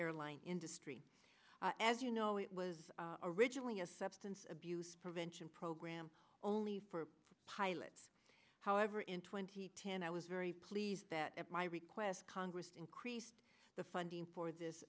airline industry as you know it was originally a substance abuse prevention program only for a pilot however in twenty ten i was very pleased that at my request congress increased the funding for this